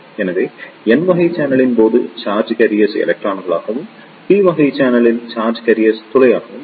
எனவே n வகை சேனலின் போது சார்ஜ் கேரியர்கள் எலக்ட்ரானாகவும் p வகை சேனல் சார்ஜ் கேரியர்கள் துளையாகவும் இருக்கும்